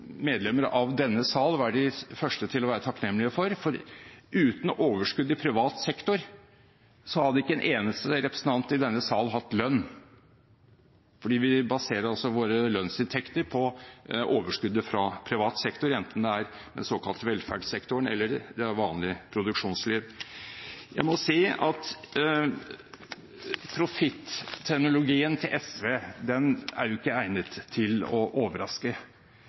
medlemmer av denne sal være de første til å være takknemlige for, for uten overskudd i privat sektor, hadde ikke en eneste representant i denne sal hatt lønn, for vi baserer altså våre lønnsinntekter på overskuddet fra privat sektor, enten det er den såkalte velferdssektoren eller det vanlige produksjonsliv. Profitt-terminologien til SV er jo ikke egnet til å overraske,